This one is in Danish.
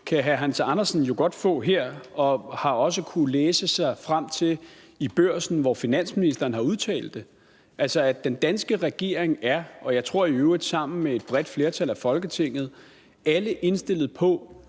kan hr. Hans Andersen jo godt få her, og han har også kunnet læse sig frem til det i Børsen, hvor finansministeren har udtalt det, altså at den danske regering – sammen med et bredt flertal i Folketinget, tror jeg i